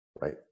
right